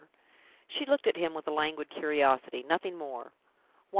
she looked at him with a languid curiosity nothing more.